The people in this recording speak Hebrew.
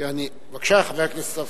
בבקשה, חבר הכנסת צרצור.